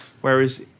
whereas